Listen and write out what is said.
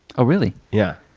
oh, really? yeah,